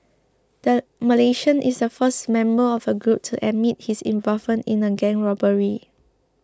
the Malaysian is the first member of a group to admit his involvement in a gang robbery